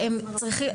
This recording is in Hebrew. שהם צריכים,